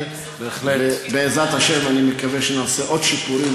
את זה לא עושים אנשים שחונכו על התפילה ועל הדברים האלה.